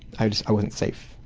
i just i wasn't safe.